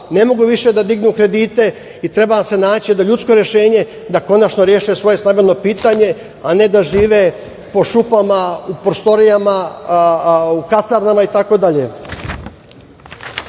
ne mogu više da dignu kredite i treba se naći jedno ljudsko rešenje da konačno reše svoje stambeno pitanje, a ne da žive po šupama, prostorijama, u kasarnama itd. To